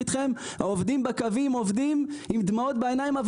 העובדים בקווים עובדים עם דמעות בעיניים,